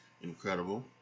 Incredible